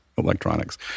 electronics